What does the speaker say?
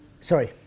Sorry